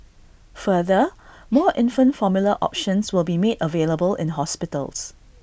further more infant formula options will be made available in hospitals